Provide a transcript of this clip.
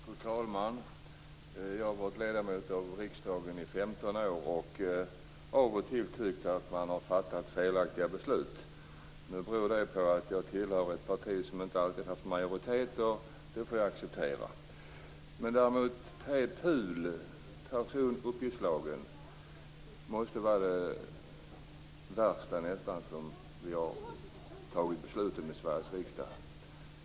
Fru talman! Jag har varit ledamot i riksdagen i 15 år och av och till tyckt att man har fattat felaktiga beslut. Det beror på att jag tillhör ett parti som inte alltid haft majoritet, och det får jag acceptera. Men personuppgiftslagen måste vara det värsta som vi fattat beslut om i Sveriges riksdag.